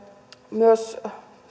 myös